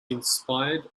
inspired